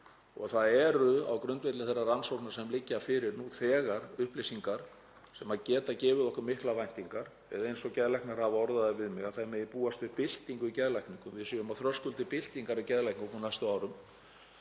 upplýsingar á grundvelli þeirra rannsókna sem liggja fyrir nú þegar sem geta gefið okkur miklar væntingar, eða eins og geðlæknar hafa orðað það við mig; að það megi búast við byltingu í geðlækningum, við séum á þröskuldi byltingar í geðlækningum á næstu árum.